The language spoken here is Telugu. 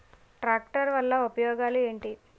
ట్రాక్టర్ వల్ల ఉపయోగాలు ఏంటీ?